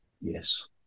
yes